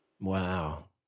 Wow